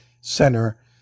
Center